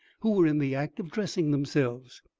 who were in the act of dressing themselves.